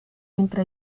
entre